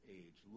age